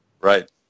Right